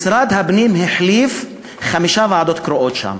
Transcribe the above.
משרד הפנים החליף חמש ועדות קרואות שם,